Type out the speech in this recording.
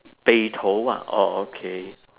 北投 ah orh okay